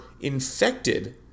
infected